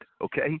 okay